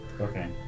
Okay